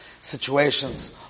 situations